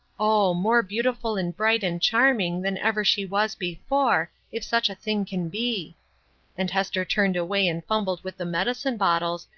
oh, more beautiful and bright and charming than ever she was before if such a thing can be and hester turned away and fumbled with the medicine-bottles,